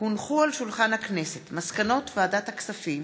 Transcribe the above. נחמן שי ודב חנין,